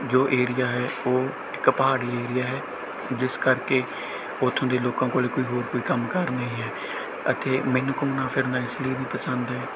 ਜੋ ਏਰੀਆ ਹੈ ਉਹ ਇੱਕ ਪਹਾੜੀ ਏਰੀਆ ਹੈ ਜਿਸ ਕਰਕੇ ਉੱਥੋਂ ਦੇ ਲੋਕਾਂ ਕੋਲ ਕੋਈ ਹੋਰ ਕੋਈ ਕੰਮਕਾਰ ਨਹੀਂ ਹੈ ਅਤੇ ਮੈਨੂੰ ਘੁੰਮਣਾ ਫਿਰਨਾ ਇਸ ਲਈ ਵੀ ਪਸੰਦ ਹੈ